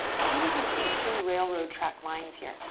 so see if you can keep two railroad track lines here.